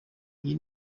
iyi